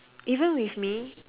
even with me